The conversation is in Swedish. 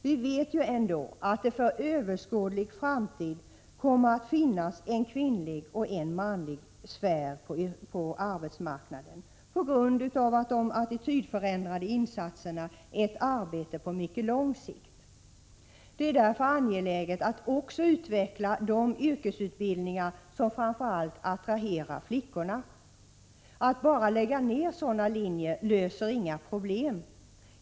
Vi vet att det för överskådlig framtid kommer att finnas en kvinnlig och en manlig yrkessfär på arbetsmarknaden, eftersom de attitydförändrande insatserna är ett arbete på mycket lång sikt. Det är därför angeläget att också utveckla de yrkesutbildningar som framför allt attraherar flickorna. Att bara lägga ner sådana linjer löser inga problem.